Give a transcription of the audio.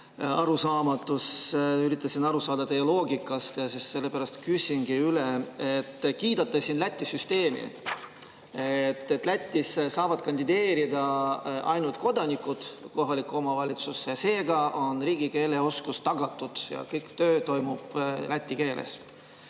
arusaamatus. Üritasin aru saada teie loogikast ja sellepärast küsingi üle. Te kiidate siin Läti süsteemi, et Lätis saavad kandideerida ainult kodanikud kohalikku [volikogusse], seega on riigikeele oskus tagatud ja töö toimub läti keeles.